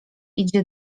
idzie